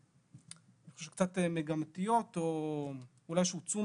שאני חושב שהיו קצת מגמתיות או שאולי הוצאו